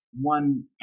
one